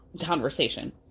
conversation